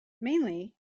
mainly